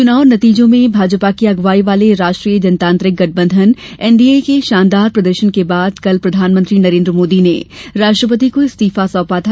चुनाव नतीजों में भाजपा की अगुवाई वाले राष्ट्रीय जनतांत्रिक गठबंधन एनडीए के शानदार प्रदर्शन के बाद कल प्रधानमंत्री नरेंद्र मोदी ने राष्ट्रपति को इस्तीफा सौंपा था